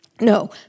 No